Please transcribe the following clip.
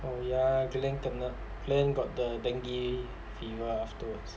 oh yeah glen kena glen got the dengue fever afterwards